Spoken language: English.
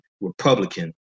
Republican